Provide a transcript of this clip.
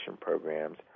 programs